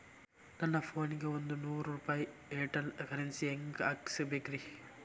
ನನ್ನ ಫೋನಿಗೆ ಒಂದ್ ನೂರು ರೂಪಾಯಿ ಏರ್ಟೆಲ್ ಕರೆನ್ಸಿ ಹೆಂಗ್ ಹಾಕಿಸ್ಬೇಕ್ರಿ?